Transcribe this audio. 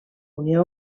unió